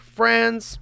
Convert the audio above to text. friends